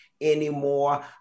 anymore